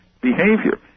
behavior